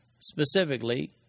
specifically